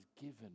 given